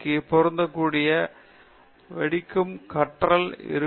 க்கு பொருந்தக்கூடிய வெடிக்கும் கற்றல் இருக்கும்